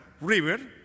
River